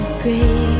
Great